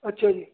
ਅੱਛਾ ਜੀ